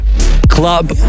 Club